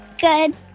Good